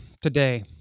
today